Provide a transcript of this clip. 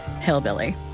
hillbilly